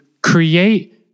create